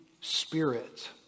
spirit